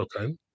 okay